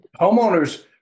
homeowners